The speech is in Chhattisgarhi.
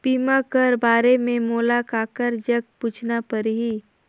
बीमा कर बारे मे मोला ककर जग पूछना परही?